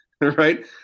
right